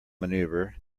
maneuver